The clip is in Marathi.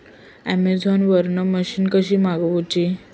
अमेझोन वरन मशीन कशी मागवची?